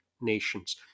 nations